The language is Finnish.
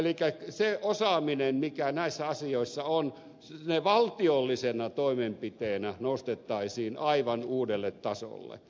elikkä se osaaminen mikä näissä asioissa on se valtiollisena toimenpiteenä nostettaisiin aivan uudelle tasolle